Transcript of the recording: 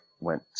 went